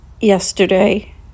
yesterday